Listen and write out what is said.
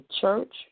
church